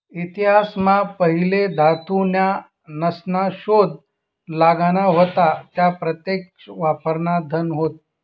इतिहास मा पहिले धातू न्या नासना शोध लागना व्हता त्या प्रत्यक्ष वापरान धन होत